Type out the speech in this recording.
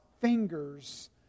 fingers